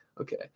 Okay